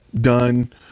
done